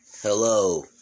Hello